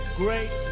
great